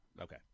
Okay